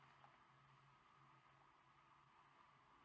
uh